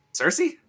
Cersei